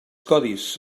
codis